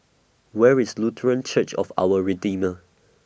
Where IS Lutheran Church of Our Redeemer